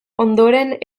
ondoren